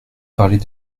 parlez